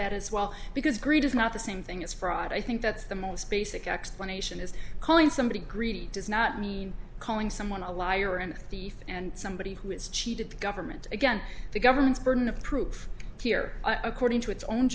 that as well because greed is not the same thing as fraud i think that's the most basic explanation is calling somebody greedy does not mean calling someone a liar and thief and somebody who has cheated the government again the government's burden of proof here according to its own